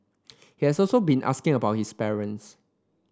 he has also been asking about his parents